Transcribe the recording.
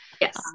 Yes